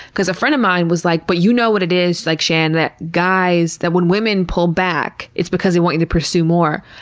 because a friend of mine was like, but you know what it is, like shan. that guys think when women pull back, it's because they want you to pursue more.